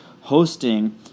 hosting